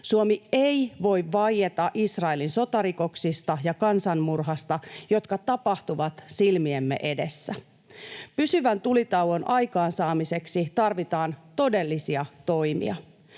Suomi ei voi vaieta Israelin sotarikoksista ja kansanmurhasta, jotka tapahtuvat silmiemme edessä. Pysyvän tulitauon aikaansaamiseksi tarvitaan todellisia toimia.